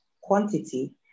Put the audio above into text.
quantity